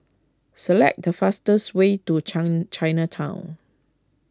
select the fastest way to Chinatown